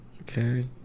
Okay